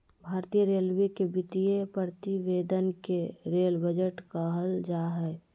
भारतीय रेलवे के वित्तीय प्रतिवेदन के रेल बजट कहल जा हइ